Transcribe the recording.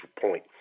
point